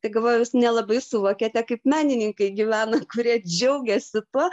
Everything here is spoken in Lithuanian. tai galvoju jūs nelabai suvokiate kaip menininkai gyvena kurie džiaugiasi tuo